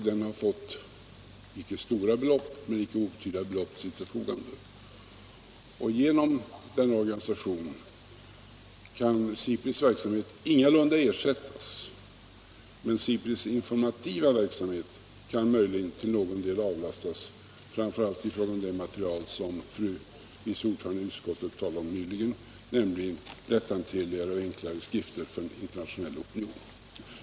Den har fått inte stora men heller inte obetydliga belopp till sitt förfogande. Därigenom kan SIPRI:s verksamhet visserligen ingalunda ersättas, men dess informativa verksamhet kan möjligen till någon del avlastas, framför allt en del av det material som vice ordföranden i utskottet nyss talade om, nämligen lätthanterligare och enklare skrifter för en internationell opinion.